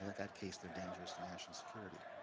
that that case, they're dangerous to national security.